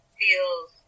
feels